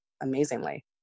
amazingly